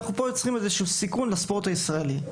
אנחנו יוצרים פה איזה שהוא סיכון לספורט הישראלי,